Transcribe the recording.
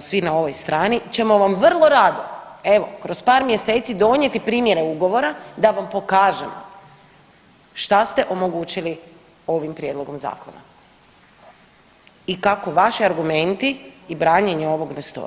svi na ovoj strani ćemo vam vrlo rado, evo kroz par mjeseci donijeti primjere ugovora da vam pokažemo šta ste omogućili ovim prijedlogom zakona i kako vaši argumenti i branjenje ovog ne stoji.